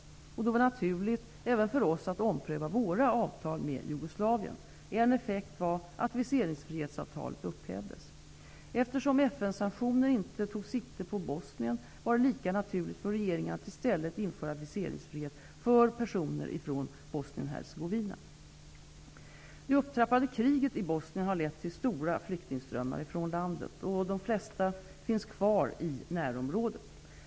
Då var det naturligt även för oss att ompröva våra avtal med Jugoslavien. En effekt var att viseringsfrihetsavtalet upphävdes. Eftersom FN:s sanktioner inte tog sikte på Bosnien var det lika naturligt för regeringen att i stället införa viseringsfrihet för personer från Bosnien Det upptrappade kriget i Bosnien har lett till stora flyktingströmmar från landet. De flesta finns kvar i närområdet.